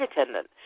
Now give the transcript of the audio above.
attendant